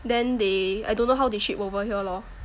then they I don't know how they ship over here lor